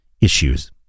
issues